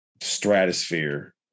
Stratosphere